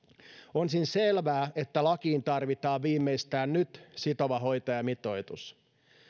on siis selvää että lakiin tarvitaan viimeistään nyt sitova hoitajamitoitus